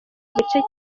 gice